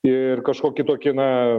ir kažkokį tokį na